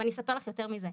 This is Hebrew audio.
ואני אספר לך יותר מזה.